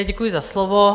Děkuji za slovo.